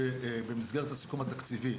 שבמסגרת הסיכום התקציבי,